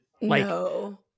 No